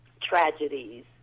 tragedies